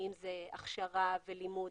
הכשרה ולימוד.